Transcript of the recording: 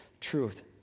truth